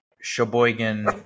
Sheboygan